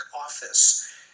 office